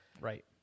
Right